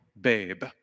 Babe